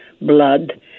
blood